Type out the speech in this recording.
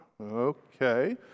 Okay